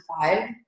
five